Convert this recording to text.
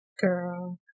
Girl